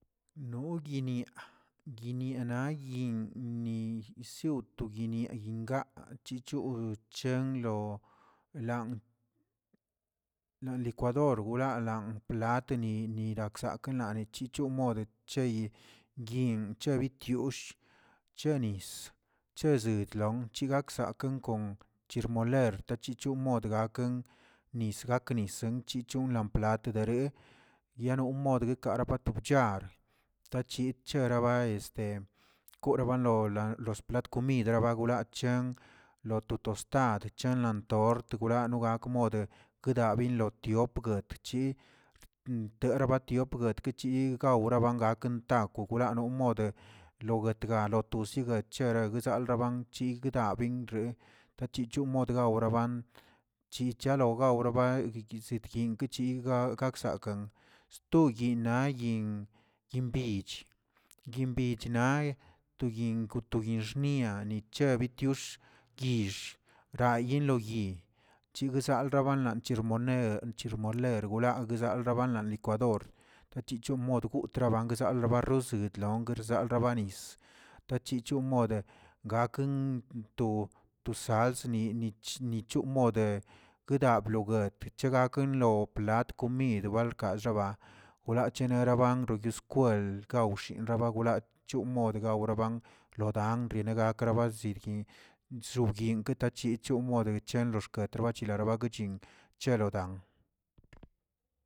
Noguiniaꞌaguiniaꞌ na yinꞌ ni gsioꞌ to guinia yinꞌ gaꞌa, chichoo chenlo lan- lan licuador wla lan plat ni- ni aksakenaneꞌ chichon modə cheyi gyinꞌ chebitushꞌ, che nis, che sedlon chegak sakə kon chirmoler tachichon modə gaken nis gakə nis nchiꞌchonlaplat dere yano modé dekara bato bchar, tachi charaba koro banlonla los plat komid baronwlacha lo to tostad, chanlan tort wla no gakə modə wlabin lo btiop, chi tera batiop guetke chi gawra bangak ntaa gok wran no modə, lo guetga lo tusie guetche guezalraban chigdabin re tachichon modə gawraban, chichalo gawraba yidigzin yinꞌ kichi ga- gaksaken sto yinꞌnaꞌ yinꞌ yinꞌ bich, yinꞌ bich nae to ying to yinꞌ bixnia nicha bityox gyix, ranye lo yi chibzanlaga chilmoner chilmoler wlaa guzal raban la licuador, tachichon modə gud trabanzakꞌ rabazidlong rzalrabani, tachichon mode gaken to- to salsni, nitch- nitchon modə guda bloguət chegaken lo plat komid balkaxaba wla chenaraban yuskwel gawxin garabawla chon modgawraban lo dan renegakrgan zidgui chzobyinꞌ kata chin chon mode chan lo xketro bachilari baguchin chelodan.